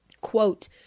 Quote